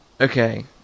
Okay